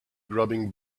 grubbing